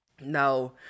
No